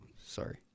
Sorry